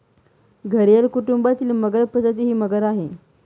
घरियल कुटुंबातील मगर प्रजाती ही मगर आहे